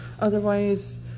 Otherwise